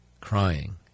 crying